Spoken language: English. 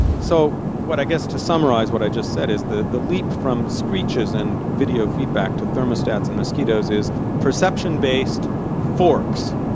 so what i guess to summarise what i just said, is the the leap from screeches and video feedback, to thermostats and mosquitoes is perception-based forks.